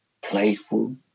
playful